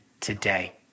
today